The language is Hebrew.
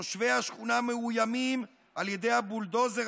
תושבי השכונה מאוימים על ידי הבולדוזר